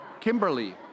Kimberly